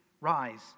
rise